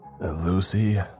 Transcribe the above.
Lucy